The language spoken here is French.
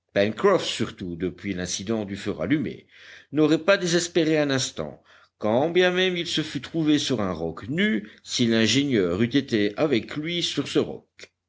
surtout depuis l'incident du feu rallumé n'aurait pas désespéré un instant quand bien même il se fût trouvé sur un roc nu si l'ingénieur eût été avec lui sur ce roc